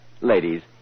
Ladies